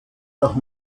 auch